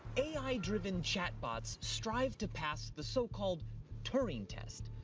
a i driven chat bots strive to pass the so-called turing test,